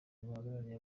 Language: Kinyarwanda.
bahagarariye